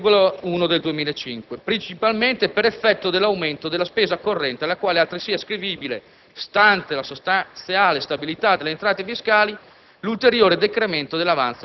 e 2004 al 4,1 del 2005, principalmente per effetto dell'aumento della spesa corrente alla quale è altresì ascrivibile, stante la sostanziale stabilità delle entrate fiscali,